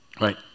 right